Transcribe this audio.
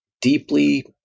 deeply